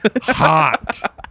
hot